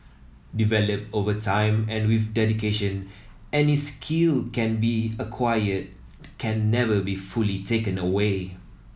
developed over time and with dedication any skill can be acquired can never be fully taken away